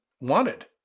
wanted